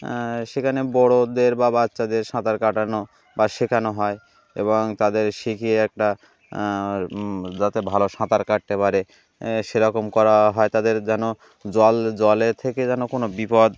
সেখানে বড়োদের বা বাচ্চাদের সাঁতার কাটানো বা শেখানো হয় এবং তাদের শিখিয়ে একটা যাতে ভালো সাঁতার কাটতে পারে সেরকম করা হয় তাদের যেন জল জলে থেকে যেন কোনো বিপদ